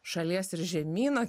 šalies ir žemyno